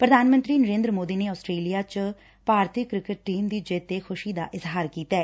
ਪ੍ਰਧਾਨ ਮੰਤਰੀ ਨਰੇਂਦਰ ਮੋਦੀ ਨੇ ਆਸਟ੍ਰੇਲੀਆ ਚ ਭਾਰਤੀ ਕ੍ਕਿਕਟ ਟੀਮ ਦੀ ਜਿੱਤ ਤੇ ਖੁਸ਼ੀ ਦਾ ਇਜ਼ਹਾਰ ਕੀਤੈ